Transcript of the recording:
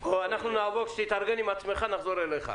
אנחנו נעבור, כשתתארגן עם עצמך נחזור אליך.